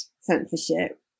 censorship